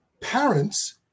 Parents